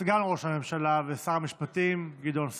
סגן ראש הממשלה ושר המשפטים גדעון סער.